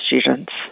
students